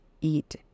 eat